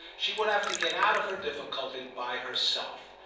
she would have to get out of her difficulty by herself.